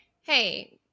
hey